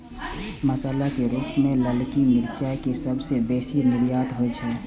मसाला के रूप मे ललकी मिरचाइ के सबसं बेसी निर्यात होइ छै